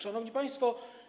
Szanowni Państwo!